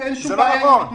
אין שום בעיה עם המתנדבים.